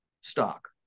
stock